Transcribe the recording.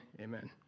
Amen